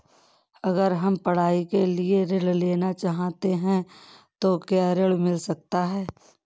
अगर हम पढ़ाई के लिए ऋण लेना चाहते हैं तो क्या ऋण मिल सकता है?